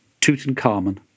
Tutankhamun